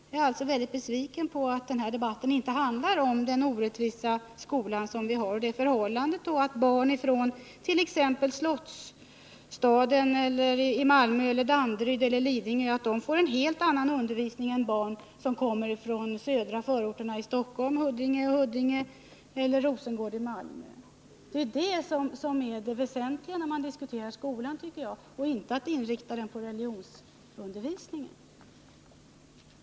Jag är alltså mycket besviken över att den här debatten inte handlar om den orättvisa skola vi har och om det förhållandet att barn från t.ex. Slottsstaden i Malmö eller från Danderyd och Lidingö får en helt annan undervisning än barn som kommer från södra förorterna i Stockholm, t.ex. Huddinge, eller från Rosengård i Malmö. Det är sådana saker som är väsentliga när man diskuterar skolan, inte att inrikta diskussionen på religionsundervisningen.